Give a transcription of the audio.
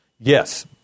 Yes